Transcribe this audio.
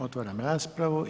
Otvaram raspravu.